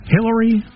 Hillary